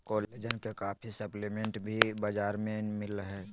collagen के काफी supplement भी बाजार में मिल हइ